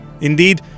Indeed